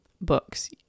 books